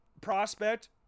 prospect